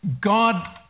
God